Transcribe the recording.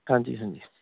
ਹਾਂਜੀ ਹਾਂਜੀ